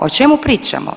O čemu pričamo?